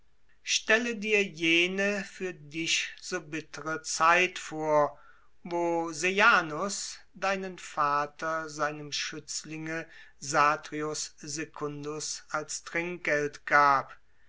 stelle dir jene für dich so bittere zeit vor wo sejanus deinen vater seinem schützlinge satrius secundus als trinkgeld gab